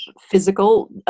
physical